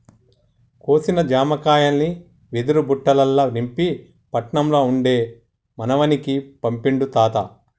కోసిన జామకాయల్ని వెదురు బుట్టలల్ల నింపి పట్నం ల ఉండే మనవనికి పంపిండు తాత